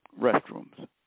restrooms